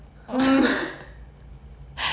!wah! um